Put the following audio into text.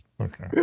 Okay